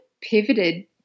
pivoted